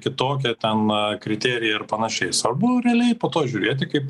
kitokie ten kriterijai ar panašiai svarbu realiai po to žiūrėti kaip